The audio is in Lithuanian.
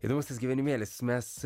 įdomus tas gyvenimėlis mes